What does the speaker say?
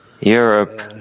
Europe